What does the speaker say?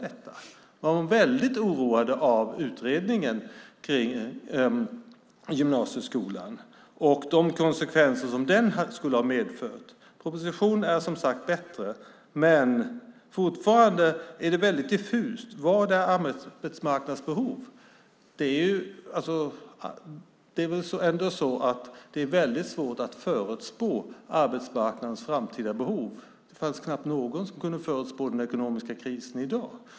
Man var väldigt oroad av utredningen av gymnasieskolan och de konsekvenser som den skulle ha medfört. Propositionen är som sagt bättre, men fortfarande är det väldigt diffust vad som är arbetsmarknadsbehov. Det är väldigt svårt att förutspå arbetsmarknadens framtida behov; det fanns knappt någon som kunde förutspå den ekonomiska krisen i dag.